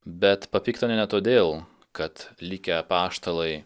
bet papiktina ne todėl kad likę apaštalai